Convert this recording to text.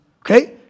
Okay